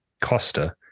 Costa